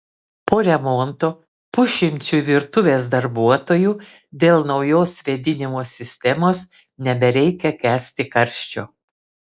po remonto pusšimčiui virtuvės darbuotojų dėl naujos vėdinimo sistemos nebereikia kęsti karščio